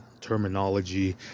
terminology